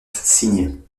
signes